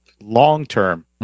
long-term